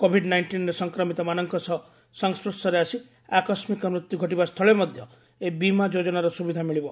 Covid ନାଇଷ୍ଟିନ୍ରେ ସଂକ୍ରମିତମାନଙ୍କ ସହ ସଂସ୍ୱର୍ଶରେ ଆସି ଆକସ୍କିକ ମୃତ୍ୟୁ ଘଟିବା ସ୍ଥଳେ ମଧ୍ୟ ଏହି ବୀମା ଯୋଜନାର ସୁବିଧା ମିଳିବ